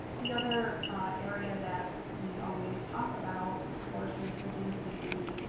the other area that we always talk about, of course, is the dcd.